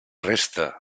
resta